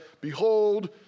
Behold